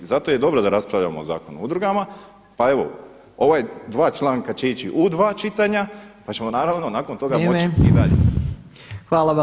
Zato je dobro da raspravljamo o Zakonu o udrugama pa evo ova dva članka će ići u dva čitanja pa ćemo naravno nakon toga moći i dalje.